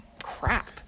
crap